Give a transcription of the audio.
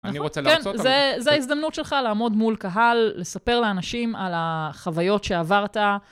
אני רוצה להרצות. כן, זו ההזדמנות שלך לעמוד מול קהל, לספר לאנשים על החוויות שעברת.